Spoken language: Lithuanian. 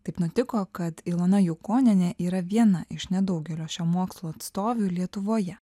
taip nutiko kad ilona jukonienė yra viena iš nedaugelio šio mokslo atstovių lietuvoje